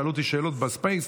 שאלו אותי שאלות בספייס.